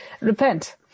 Repent